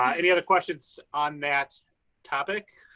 um any other questions on that topic,